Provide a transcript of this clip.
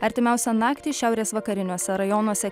artimiausią naktį šiaurės vakariniuose rajonuose